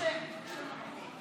אחרי שאמרתי את הדברים האלה,